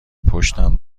پشتم